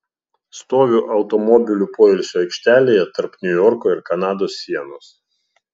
stoviu automobilių poilsio aikštelėje tarp niujorko ir kanados sienos